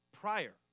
prior